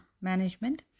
management